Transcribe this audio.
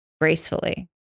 gracefully